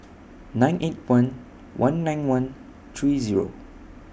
nine eight one one nine one three Zero